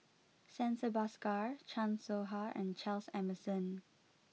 Santha Bhaskar Chan Soh Ha and Charles Emmerson